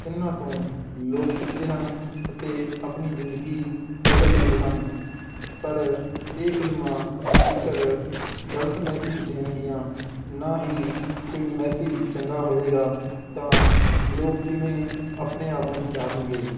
ਇਹਨਾਂ ਤੋਂ ਲੋਕ ਸਿੱਖਦੇ ਹਨ ਅਤੇ ਆਪਣੀ ਜ਼ਿੰਦਗੀ ਬਦਲ ਲੈਂਦੇ ਹਨ ਪਰ ਇਹ ਫਿਲਮਾਂ ਜੇਕਰ ਗਲਤ ਮੈਸੇਜ ਦੇਣਗੀਆਂ ਨਾ ਹੀ ਕੋਈ ਮੈਸੇਜ ਚੰਗਾ ਹੋਵੇਗਾ ਤਾਂ ਲੋਕ ਕਿਵੇਂ ਆਪਣੇ ਆਪ ਨੂੰ ਸੁਧਾਰਨਗੇ